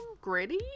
Gritty